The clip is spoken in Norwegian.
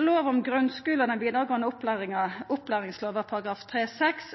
lov om grunnskolen og den vidaregåande opplæringa, opplæringslova, § 3-6,